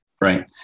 Right